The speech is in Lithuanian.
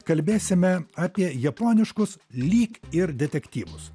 kalbėsime apie japoniškus lyg ir detektyvus